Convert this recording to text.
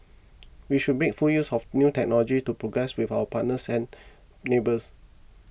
we should make full use of new technologies to progress with our partners and neighbours